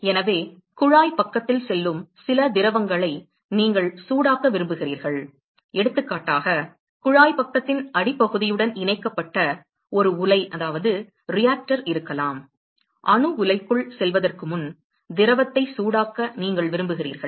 எனவே குழாய் பக்கத்தில் செல்லும் சில திரவங்களை நீங்கள் சூடாக்க விரும்புகிறீர்கள் எடுத்துக்காட்டாக குழாய் பக்கத்தின் அடிப்பகுதியுடன் இணைக்கப்பட்ட ஒரு உலை இருக்கலாம் அணு உலைக்குள் செல்வதற்கு முன் திரவத்தை சூடாக்க நீங்கள் விரும்புகிறீர்கள்